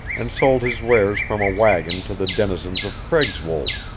and sold his wares from a wagon to the denizens of craigswold,